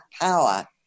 power